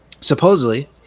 Supposedly